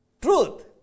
Truth